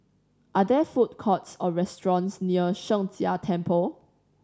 are there food courts or restaurants near Sheng Jia Temple